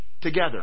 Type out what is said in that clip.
together